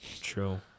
true